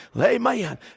Amen